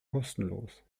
kostenlos